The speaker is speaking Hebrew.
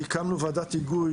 הקמנו ועדת היגוי